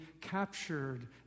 captured